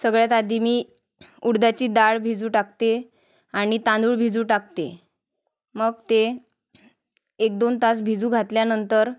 सगळ्यात आधी मी उडदाची दाळ भिजू टाकते आणि तांदूळ भिजू टाकते मग ते एक दोन तास भिजू घातल्यानंतर